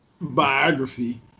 biography